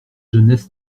genest